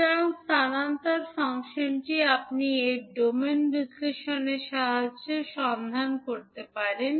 সুতরাং স্থানান্তর ফাংশনটি আপনি এর ডোমেন বিশ্লেষণের সাহায্যে সন্ধান করতে পারেন